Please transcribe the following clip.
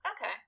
Okay